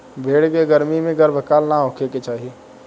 भेड़ के गर्मी में गर्भकाल ना होखे के चाही